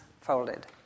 folded